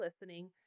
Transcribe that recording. listening